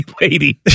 lady